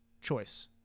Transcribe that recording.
choice